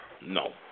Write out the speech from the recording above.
No